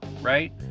right